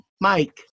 Mike